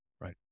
Right